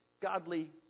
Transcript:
godly